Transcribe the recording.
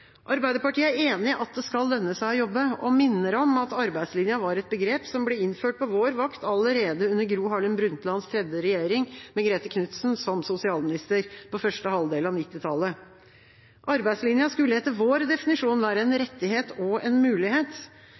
Arbeiderpartiet er enig i at det skal lønne seg å jobbe, og minner om at arbeidslinja var et begrep som ble innført på vår vakt allerede under Gro Harlem Brundtlands tredje regjering, med Grete Knudsen som sosialminister, på første halvdel av 1990-tallet. Arbeidslinja skulle etter vår definisjon være en rettighet og en mulighet.